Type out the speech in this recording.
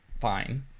fine